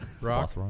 rock